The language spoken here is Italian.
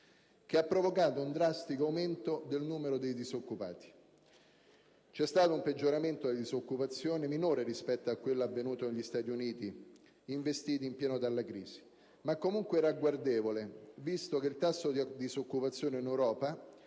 che ha provocato un drastico aumento del numero dei disoccupati. C'è stato un peggioramento della disoccupazione minore rispetto a quella riscontrata negli Stati Uniti, investiti in pieno dalla crisi, ma comunque ragguardevole, visto che il tasso di disoccupazione in Europa